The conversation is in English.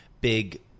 big